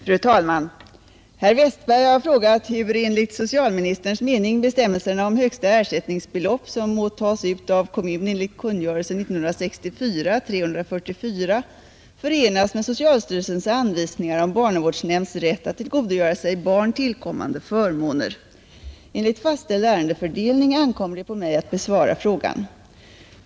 Fru talman! Herr Westberg i Ljusdal har frågat hur enligt socialministerns mening bestämmelserna om högsta ersättningsbelopp som må tas ut av kommun enligt kungörelsen 1964:344 förenas med socialstyrelsens anvisningar om barnavårdsnämnds rätt att tillgodogöra sig barn tillkommande förmåner. Enligt fastställd ärendefördelning ankommer det på mig att besvara frågan.